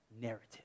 narrative